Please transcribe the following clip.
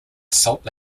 salt